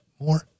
more